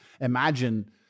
imagine